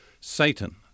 Satan